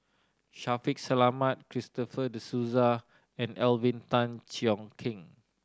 Shaffiq Selamat Christopher De Souza and Alvin Tan Cheong Kheng